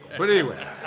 but anyway,